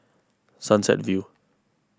Sunset View